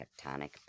tectonic